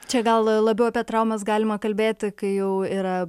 čia gal labiau apie traumas galima kalbėti kai jau yra